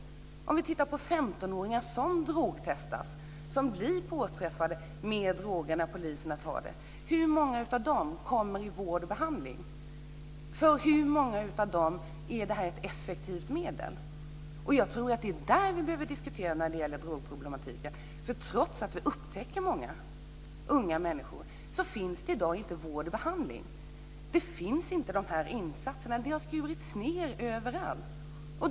Om vi tittar på 15 ringar som drogtestats, som blivit påträffade med droger när polisen tagit dem, kan vi fråga hur många av dem som fått vård och behandling. För hur många av dem är det här ett effektivt medel? Jag tror att det är detta vi behöver diskutera när det gäller drogproblematiken. Trots att vi upptäcker många unga människor med drogproblem finns det i dag inte vård och behandling. De här insatserna finns inte. Det har skurits ned överallt.